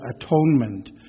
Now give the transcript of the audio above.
atonement